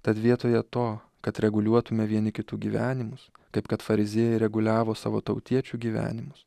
tad vietoje to kad reguliuotume vieni kitų gyvenimus kaip kad fariziejai reguliavo savo tautiečių gyvenimus